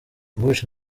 bush